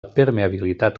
permeabilitat